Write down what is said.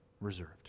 reserved